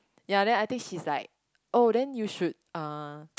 ya then I think she's like oh then you should uh